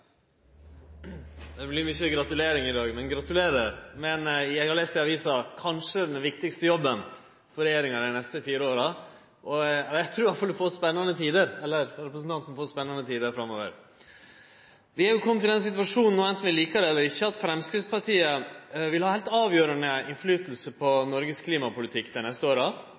innlegg, vil helt sikkert også vurderes. Det vert mange gratulasjonar i dag, men gratulerer med – som eg las i avisa – kanskje den viktigaste jobben for regjeringa dei neste fire åra. Eg trur i alle fall at representanten får spennande tider framover. Vi er jo komne i den situasjonen, anten vi likar det eller ikkje, at Framstegspartiet vil ha heilt avgjerande innverknad på Noregs klimapolitikk dei neste